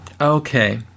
Okay